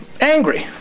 angry